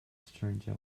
stranger